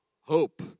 Hope